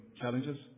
challenges